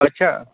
ਅੱਛਾ